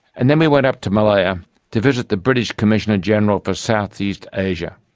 and then we went up to malaya to visit the british commissioner general for southeast asia,